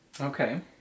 Okay